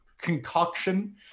concoction